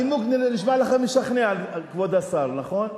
הנימוק נשמע לך משכנע, כבוד השר, נכון?